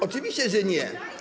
Oczywiście, że nie.